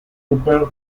upper